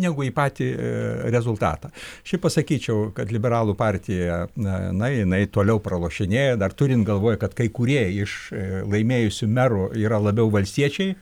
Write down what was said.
negu į patį rezultatą šiaip pasakyčiau kad liberalų partija na na jinai toliau pralošinėja dar turint galvoj kad kai kurie iš laimėjusių merų yra labiau valstiečiai